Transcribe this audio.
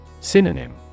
Synonym